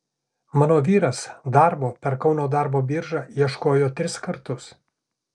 mano vyras darbo per kauno darbo biržą ieškojo tris kartus